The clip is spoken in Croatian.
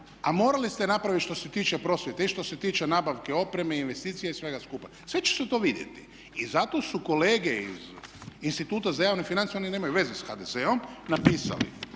a morali ste napraviti što se tiče prosvjete i što se tiče nabavke opreme i investicija i svega skupa. Sve će se to vidjeti. I zato su kolege iz Instituta za javne financije, oni nemaju veze s HDZ-om, napisali: